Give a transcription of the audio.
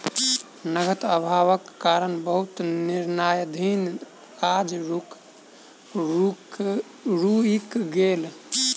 नकद अभावक कारणें बहुत निर्माणाधीन काज रुइक गेलै